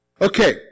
Okay